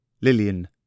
Lillian